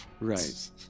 Right